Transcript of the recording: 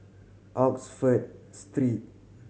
Oxford Street